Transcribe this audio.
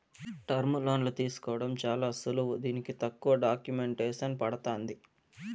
టర్ములోన్లు తీసుకోవడం చాలా సులువు దీనికి తక్కువ డాక్యుమెంటేసన్ పడతాంది